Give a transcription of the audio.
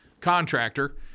contractor